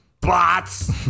Bots